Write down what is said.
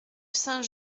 saint